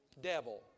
devil